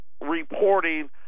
reporting